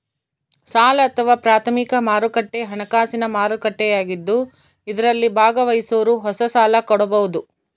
ಸಾಲ ಅಥವಾ ಪ್ರಾಥಮಿಕ ಮಾರುಕಟ್ಟೆ ಹಣಕಾಸಿನ ಮಾರುಕಟ್ಟೆಯಾಗಿದ್ದು ಇದರಲ್ಲಿ ಭಾಗವಹಿಸೋರು ಹೊಸ ಸಾಲ ಕೊಡಬೋದು